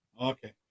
Okay